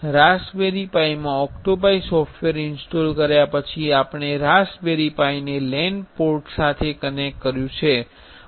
Raspberry પાઇમાં OctoPi software install કર્યા પછી આપણે રાસબેરિ પાઇને LAN પોર્ટ સાથે કનેક્ટ કર્યું છે